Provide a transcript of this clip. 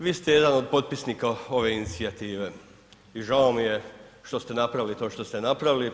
Vi ste jedan od potpisnika ove inicijative i žao mi je što ste napravili to što ste napravili.